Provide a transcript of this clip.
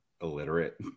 illiterate